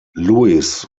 louis